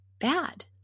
bad